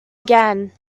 again